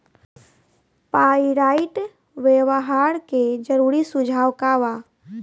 Pyrite व्यवहार के जरूरी सुझाव का वा?